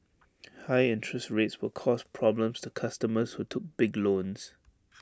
high interest rates will cause problems to customers who took big loans